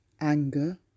Anger